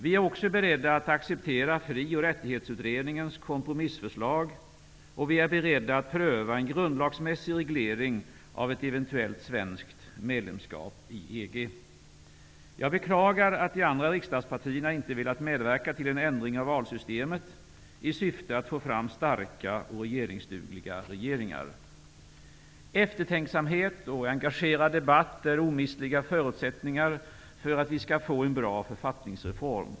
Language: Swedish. Vi är också beredda att acceptera Fri och rättighetsutredningens kompromissförslag, och vi är beredda att pröva en grundlagsmässig reglering av ett eventuellt svenskt medlemskap i EG. Jag beklagar att de andra riksdagspartierna inte velat medverka till en ändring av valsystemet i syfte att få fram starka och regeringsdugliga regeringar. Eftertänksamhet och engagerad debatt är omistliga förutsättningar för att vi skall få en bra författningsreform.